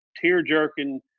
tear-jerking